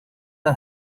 are